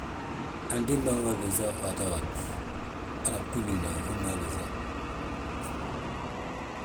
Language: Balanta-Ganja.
Antiimbaa mmada luusa waatoo waati, hana bgúudi biindi ma umada luusa, uu mmada luusa.